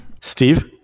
Steve